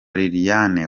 liliane